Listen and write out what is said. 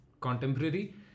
contemporary